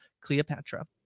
Cleopatra